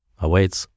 awaits